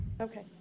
Okay